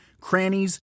crannies